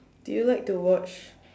do you like to watch